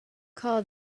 call